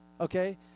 Okay